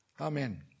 Amen